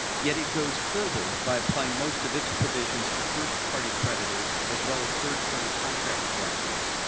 yet it goes further by applying most of its provisions to first-party creditors as well as third-party contract collectors,